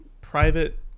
private